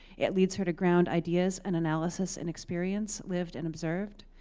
it leads her to ground ideas, and analysis, and experience lived and observed.